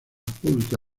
pública